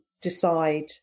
decide